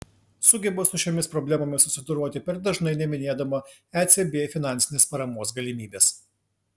sugeba su šiomis problemomis susidoroti per dažnai neminėdama ecb finansinės paramos galimybės